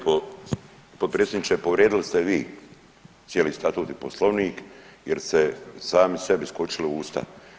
Potpredsjedniče povrijedili ste vi cijeli statut i Poslovnik jer ste sami sebi skočili u usta.